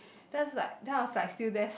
then it's like then I was like still there